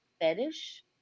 fetish